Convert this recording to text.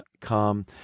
come